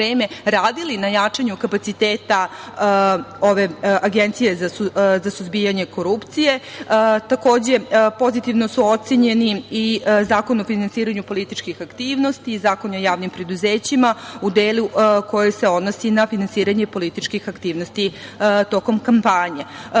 radili na jačanju kapaciteta ove Agencije za suzbijanje korupcije. Takođe, pozitivno su ocenjeni i Zakon o finansiranju političkih aktivnosti i Zakon o javnim preduzećima u delu koji se odnosi na finansiranje političkih aktivnosti tokom kampanje. Takođe,